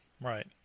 Right